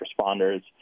responders